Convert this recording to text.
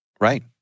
Right